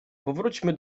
powróćmy